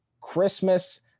Christmas